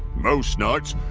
most nights,